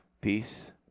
peace